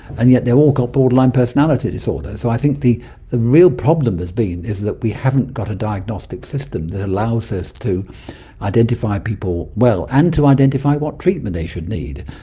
and yet they've all got borderline personality disorder. so i think the the real problem has been that we haven't got a diagnostic system that allows us to identify people well and to identify what treatment they should need.